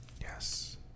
Yes